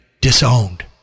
disowned